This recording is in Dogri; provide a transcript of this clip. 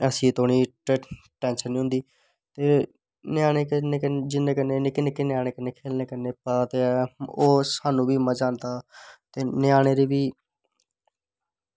अस निं कोई पंज छे म्हीनै ते निक्के निक्के ञ्यानें कन्नै थुहान्नूं पता ते ऐ ओह् साह्नूं बी मजा औंदा ते ञ्यानें दे बी मजा औंदा